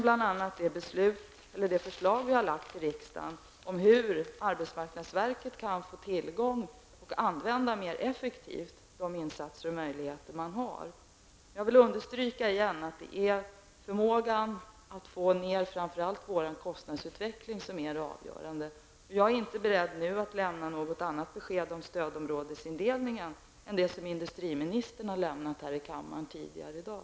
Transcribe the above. Jag tänker på det förslag som vi har lagt fram i riksdagen om hur arbetsmarknadsverket mer effektivt skall kunna använda de möjligheter man har. Jag vill igen understryka att det är förmågan att få ned framför allt kostnadsutvecklingen som är det avgörande. Jag är inte beredd att nu lämna något annat besked om stödområdesindelningen än det som industriministern har lämnat här i kammaren tidigare i dag.